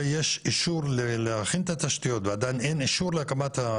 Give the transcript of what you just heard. כולם יעידו שאני מעולם לא אעשה שום עבירה ואני מכבד חוק,